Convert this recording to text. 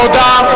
תודה.